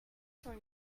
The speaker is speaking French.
cent